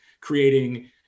creating